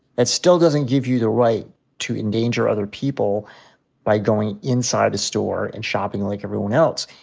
that still doesn't give you the right to endanger other people by going inside a store and shopping like everyone else.